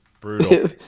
brutal